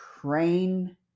train